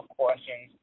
questions